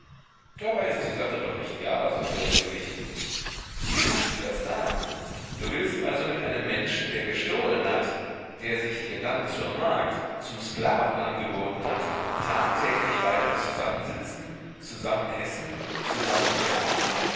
dabei ist die sache doch nicht gar so fürchterlich wie kannst du das sagen du willst also mit einem menschen der gestohlen hat der sich dir dann zur magd zum sklaven angeboten hat tagtäglich weiter zusammen sitzen zusammen essen